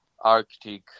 Arctic